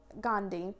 Gandhi